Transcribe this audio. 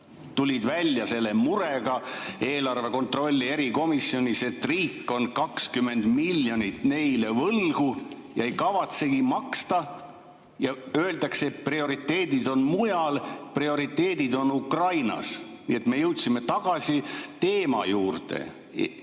tulid [riigi]eelarve kontrolli erikomisjonis välja murega, et riik on 20 miljonit neile võlgu ja ei kavatsegi maksta. Öeldakse, et prioriteedid on mujal. Prioriteedid on Ukrainas! Nii et me jõudsime tagasi teema juurde